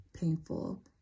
painful